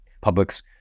public's